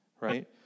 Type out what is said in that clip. right